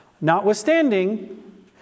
Notwithstanding